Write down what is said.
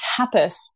tapas